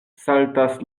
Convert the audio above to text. saltas